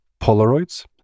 Polaroids